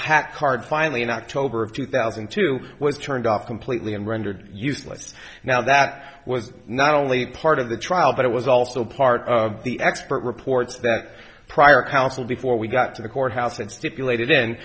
hack card finally in october of two thousand and two was turned off completely and rendered useless now that would not only part of the trial but it was also part of the expert reports that prior counsel before we got to the courthouse had stipulated